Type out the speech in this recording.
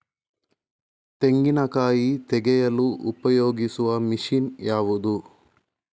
ತೆಂಗಿನಕಾಯಿ ತೆಗೆಯಲು ಉಪಯೋಗಿಸುವ ಮಷೀನ್ ಯಾವುದು?